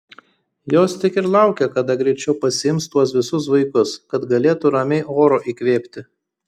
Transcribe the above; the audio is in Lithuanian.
jos tik ir laukia kada greičiau pasiims tuos visus vaikus kad galėtų ramiai oro įkvėpti